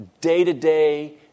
day-to-day